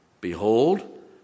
Behold